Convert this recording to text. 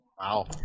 Wow